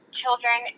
children